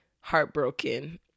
heartbroken